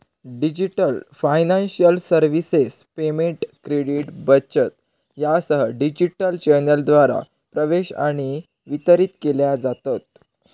digital financial services payment, credit, बचत यासह digital चॅनेलद्वारा प्रवेश आणि वितरित केल्या जातत